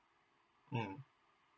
mm